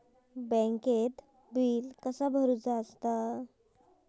बँकेत बिल कसा भरुचा?